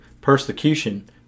persecution